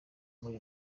muri